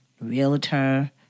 Realtor